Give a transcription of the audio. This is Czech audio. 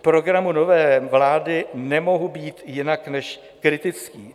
K programu nové vlády nemohu být jinak než kritický.